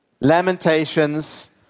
Lamentations